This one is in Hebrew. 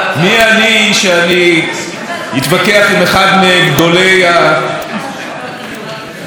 מי אני שאני אתווכח עם אחד מגדולי, הפוסקים.